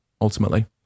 ultimately